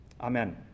Amen